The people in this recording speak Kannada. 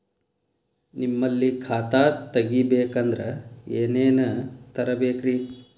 ನಿಮ್ಮಲ್ಲಿ ಖಾತಾ ತೆಗಿಬೇಕಂದ್ರ ಏನೇನ ತರಬೇಕ್ರಿ?